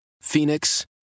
Phoenix